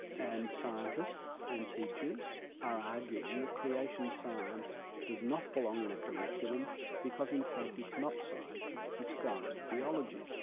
and scientists and teachers are arguing that creation science does not belong in a curriculum because in fact it's not science, it's disguised theology.